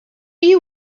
you